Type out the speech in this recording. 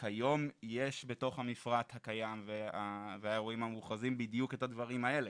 כיום יש בתוך המפרט הקיים והאירועים המוכרזים בדיוק את הדברים האלה,